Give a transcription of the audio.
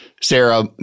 Sarah